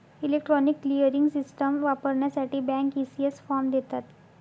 electronic clearing system वापरण्यासाठी bank, ECS form देतात